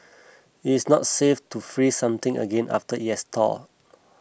it is not safe to freeze something again after it has thawed